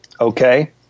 Okay